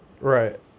Right